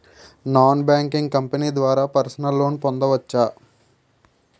Non banking company ద్వారా personal loan పొందవచ్చా?